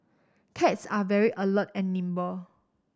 cats are very alert and nimble